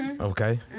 Okay